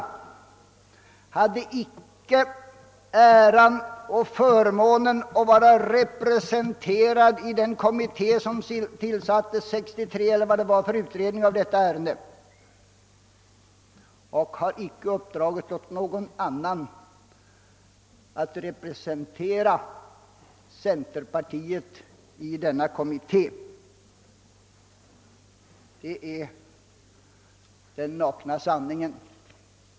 Vi har inte haft äran och förmånen att vara representerade i den kommitté som tillsattes för ändamålet 1963 — om jag nu minns rätt. Och vi har inte upp dragit åt någon annan att representera centerpartiet i den kommittén. Det är den nakna sanningen.